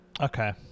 Okay